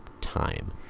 time